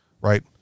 right